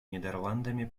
нидерландами